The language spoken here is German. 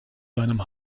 seinem